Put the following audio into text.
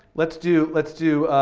let's do, let's do,